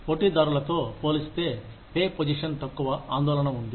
పోటీదారులతో పోలిస్తే pay position తక్కువ ఆందోళన ఉంది